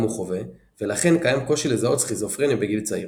הוא חווה ולכן קיים קושי לזהות סכיזופרניה בגיל צעיר.